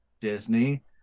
Disney